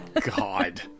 God